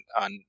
on